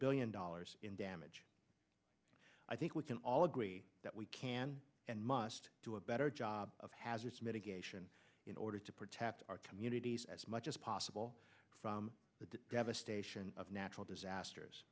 billion dollars in damage i think we can all agree that we can and must do a better job of hazard mitigation in order to protect our communities as much as possible from the devastation of natural disasters